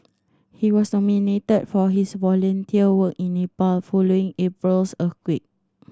he was nominated for his volunteer work in Nepal following April's earthquake